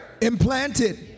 implanted